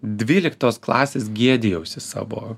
dvyliktos klasės gėdijausi savo